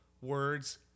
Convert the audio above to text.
words